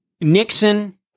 Nixon